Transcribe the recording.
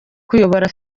kuyobora